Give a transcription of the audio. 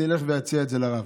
אני אלך ואציע את זה לרב.